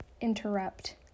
interrupt